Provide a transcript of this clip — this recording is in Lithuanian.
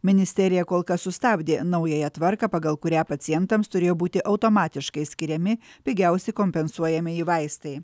ministerija kol kas sustabdė naująją tvarką pagal kurią pacientams turėjo būti automatiškai skiriami pigiausi kompensuojamieji vaistai